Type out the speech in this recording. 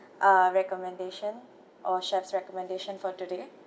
uh recommendation or chef's recommendation for today